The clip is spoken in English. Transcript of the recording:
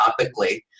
topically